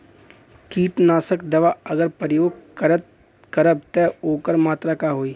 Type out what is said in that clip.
कीटनाशक दवा अगर प्रयोग करब त ओकर मात्रा का होई?